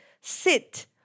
sit